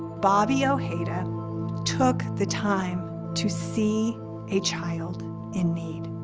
bobby ojeda took the time to see a child in need.